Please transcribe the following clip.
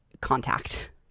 contact